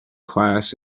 class